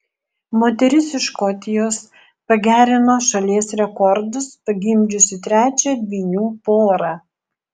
moteris iš škotijos pagerino šalies rekordus pagimdžiusi trečią dvynių porą